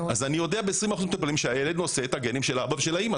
אני יודע ב-20% מהטיפולים שהילד נושא את הגנים של האבא ושל האמא,